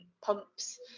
pumps